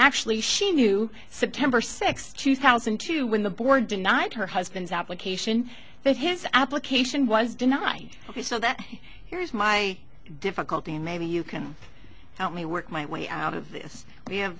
ctually she knew september sixth two thousand and two when the board denied her husband's application that his application was denied ok so that here is my difficulty and maybe you can help me work my way out of this